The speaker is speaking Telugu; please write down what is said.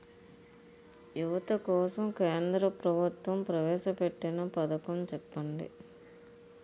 యువత కోసం కేంద్ర ప్రభుత్వం ప్రవేశ పెట్టిన పథకం చెప్పండి?